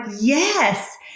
yes